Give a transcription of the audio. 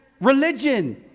religion